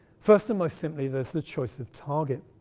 first and most simply, there's the choice of target.